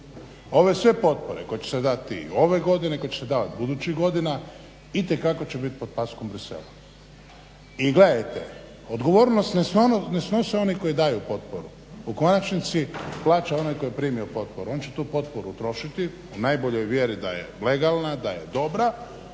ove sve potpore koje će se dati ove godine, koje će se davati budućih godina itekako će biti pod paskom Bruxellesa. I gledajte, odgovornost ne snose oni koji daju potporu, u konačnici plaća onaj tko je primio potporu. On će tu potporu utrošiti u najboljoj vjeri da je legalna da je dobra